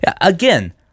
Again